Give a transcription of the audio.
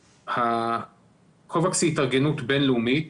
קובאקס היא התארגנות בין-לאומית